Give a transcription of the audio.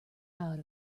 out